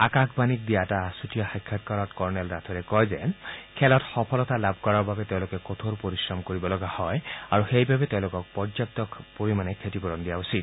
আকাশবাণীক দিয়া এটা আছুতীয় সাক্ষাৎকাৰত কৰ্ণেল ৰাথোৰে কয় যে খেলত সফলতা লাভ কৰাৰ বাবে তেওঁলোকে কঠোৰ পৰিশ্ৰম কৰিব লগা হয় আৰু সেইবাবে তেওঁলোকক পৰ্যাপ্ত পৰিমাণে ক্ষতিপূৰণ দিয়া উচিত